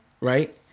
right